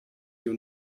you